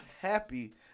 happy